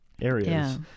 areas